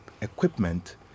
equipment